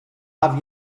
have